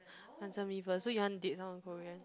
answer me first so you want date someone Korean